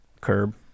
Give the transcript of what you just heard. Curb